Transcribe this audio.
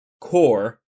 core